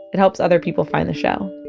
it helps other people find the show